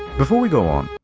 before we go on,